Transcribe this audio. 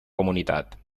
comunitat